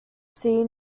sea